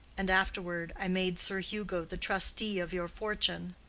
and afterward i made sir hugo the trustee of your fortune.